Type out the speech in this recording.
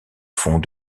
fond